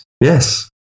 Yes